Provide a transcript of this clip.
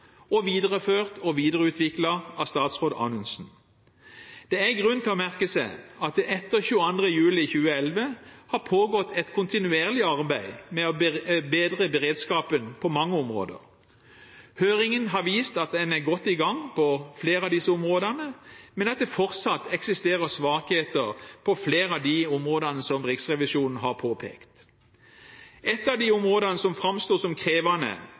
og videreført og videreutviklet av statsråd Anundsen. Det er grunn til å merke seg at det etter 22. juli 2011 har pågått et kontinuerlig arbeid med å bedre beredskapen på mange områder. Høringen har vist at en er godt i gang på flere av disse områdene, men at det fortsatt eksisterer svakheter på flere av de områdene som Riksrevisjonen har påpekt. Et av de områdene som framsto som krevende,